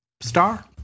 star